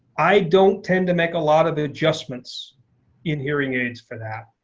i don't tend to make a lot of adjustments in hearing aids for that.